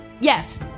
Yes